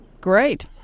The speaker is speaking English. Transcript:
Great